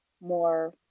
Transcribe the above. more